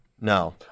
No